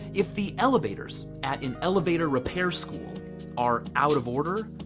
if the elevators at in elevator repair school are out of order,